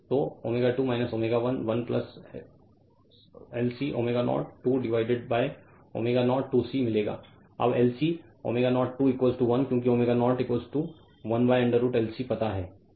तो ω2 ω 1 1 LC ω0 2 divided ω0 2 C मिलेगा अब LC ω0 2 1 क्योंकि ω0 1√LC पता है